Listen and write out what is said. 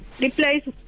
Replace